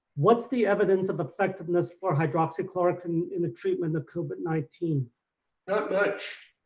what's the evidence of effectiveness for hydroxychloroquine in the treatment of covid nineteen? not much.